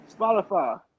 Spotify